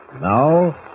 Now